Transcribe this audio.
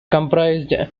comprised